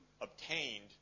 obtained